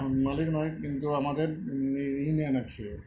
মালিক নই কিন্তু আমাদের ইউ ইউনিয়ন আছে